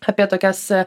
apie tokias